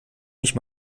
mich